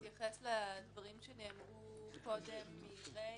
אני רוצה להתייחס לדברים שנאמרו קודם על ידי ר'